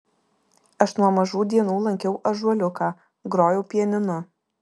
aš nuo mažų dienų lankiau ąžuoliuką grojau pianinu